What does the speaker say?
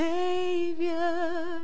Savior